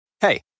Hey